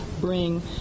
bring